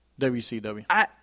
WCW